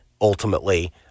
ultimately